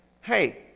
Hey